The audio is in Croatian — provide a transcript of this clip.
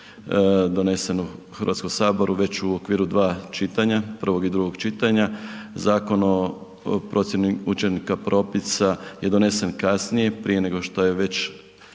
donesen u Hrvatskom saboru već u okviru dva čitanja prvog i drugog čitanja, Zakon o procjeni učinaka propisa je donesen kasnije, prije nego što je već,